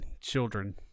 Children